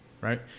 right